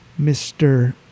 Mr